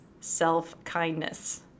self-kindness